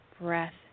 breath